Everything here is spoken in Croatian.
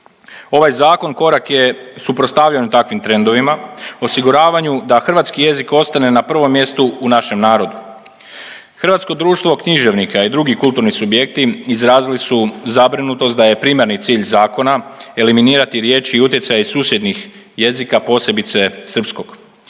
Ovaj Zakon korak je suprotstavljanju takvim trendovima, osiguravanju da hrvatski jezik ostane na prvom mjestu u našem narodu. Hrvatsko društvo književnika i drugi kulturni subjekti izrazili su zabrinutost da je primarni cilj zakona eliminirati riječi i utjecaje susjednih jezika, posebice srpskog.